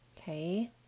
okay